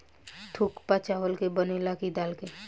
थुक्पा चावल के बनेला की दाल के?